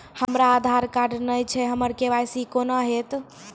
हमरा आधार कार्ड नई छै हमर के.वाई.सी कोना हैत?